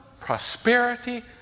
prosperity